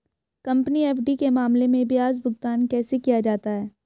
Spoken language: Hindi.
कंपनी एफ.डी के मामले में ब्याज भुगतान कैसे किया जाता है?